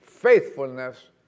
faithfulness